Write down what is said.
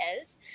else